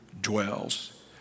dwells